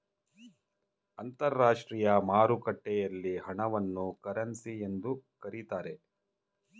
ಅಂತರಾಷ್ಟ್ರೀಯ ಮಾರುಕಟ್ಟೆಯಲ್ಲಿ ಹಣವನ್ನು ಕರೆನ್ಸಿ ಎಂದು ಕರೀತಾರೆ